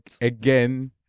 Again